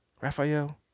Raphael